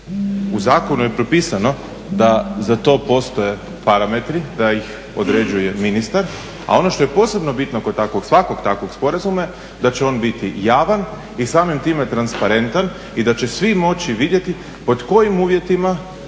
U zakonu je propisano da za to postoje parametri, da ih određuje ministar a ono što je posebno bitno kod takvog, svakog takvog sporazuma je da će on biti javan i samim time transparentan i da će svi moći vidjeti pod kojim uvjetima